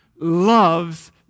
loves